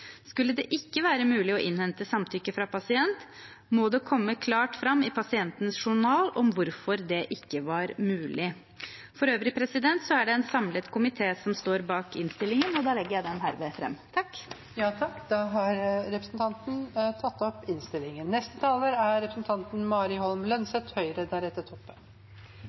Skulle det ikke være mulig å innhente samtykke fra pasient, må det komme klart fram i pasientens journal hvorfor det ikke var mulig. For øvrig er det en samlet komité som står bak innstillingen, og jeg legger den herved fram. Saken gjelder lovfesting av klinisk etikkomité og enkelte unntak fra taushetsplikten i helsepersonelloven. Jeg er